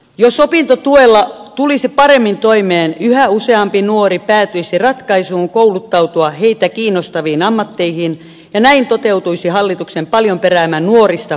jos opintotuella tulisi paremmin toimeen yhä useampi nuori päätyisi ratkaisuun kouluttautua häntä kiinnostavaan ammattiin ja näin toteutuisi hallituksen paljon peräämä nuorista huolehtiminen